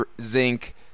zinc